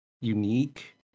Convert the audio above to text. unique